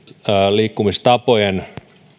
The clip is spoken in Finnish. liikkumistapojen